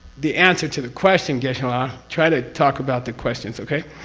the answer to the question geshe-la try to talk about the questions, okay?